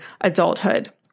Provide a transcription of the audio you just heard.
adulthood